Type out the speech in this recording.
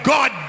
God